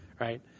right